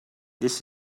this